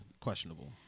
questionable